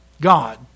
God